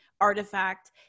artifact